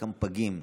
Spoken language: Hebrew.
חלקם פגים.